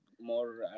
more